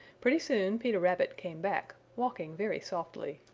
pretty soon peter rabbit came back, walking very softly.